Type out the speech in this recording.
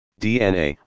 DNA